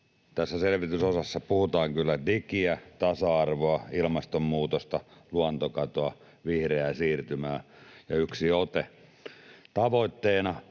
Tässä selvitysosassa puhutaan kyllä digiä, tasa-arvoa, ilmastonmuutosta, luontokatoa, vihreää siirtymää — ja yksi ote: ”tavoitteena